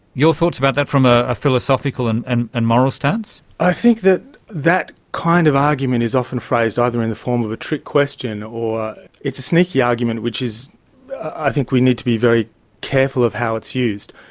your thoughts about that from ah a philosophical and and and moral stance? i think that that kind of argument is often phrased either in the form of a trick question or it's a sneaky argument which i think we need to be very careful of how it's used.